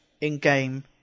in-game